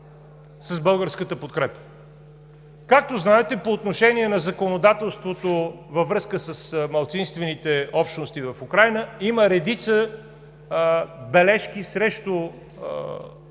с българската подкрепа? Както знаете, по отношение на законодателството във връзка с малцинствените общности в Украйна има редица бележки срещу